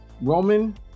Roman